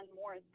more